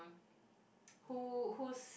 who who's